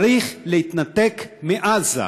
צריך להתנתק מעזה.